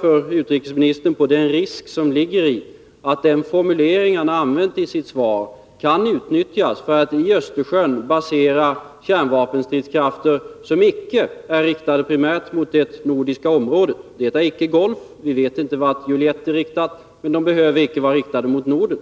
för utrikesministern påpeka den risk som ligger i ett den formulering han har använt i sitt svar kan utnyttjas för att i Östersjön basera kärnvapenstridskrafter som icke är riktade primärt mot det nordiska området. Det är icke Golf; vi vet inte vart Juliett är riktade, men de behöver inte vara riktade mot Norden.